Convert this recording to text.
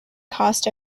cost